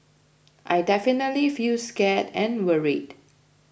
I definitely feel scared and worried